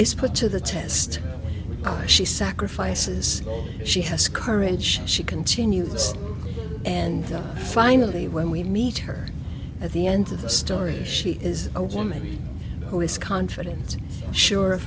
is put to the test because she sacrifices she has courage she continues and finally when we meet her at the end of the story she is a woman who is confident sure of